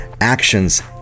actions